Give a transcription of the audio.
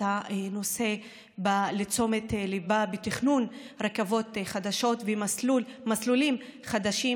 הנושא לתשומת ליבה בתכנון רכבות חדשות ומסלולים חדשים,